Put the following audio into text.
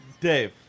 dave